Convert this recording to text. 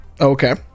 Okay